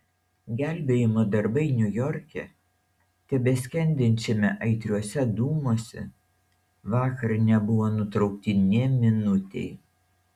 gelbėjimo darbai niujorke tebeskendinčiame aitriuose dūmuose vakar nebuvo nutraukti nė minutei